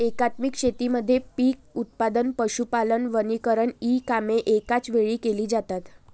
एकात्मिक शेतीमध्ये पीक उत्पादन, पशुपालन, वनीकरण इ कामे एकाच वेळी केली जातात